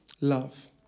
Love